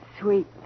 Sweet